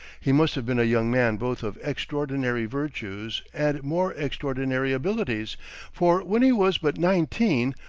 he must have been a young man both of extraordinary virtues and more extraordinary abilities for when he was but nineteen,